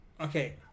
okay